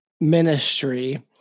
ministry